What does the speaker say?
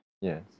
Yes